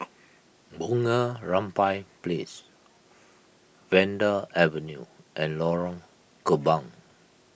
Bunga Rampai Place Vanda Avenue and Lorong Kembang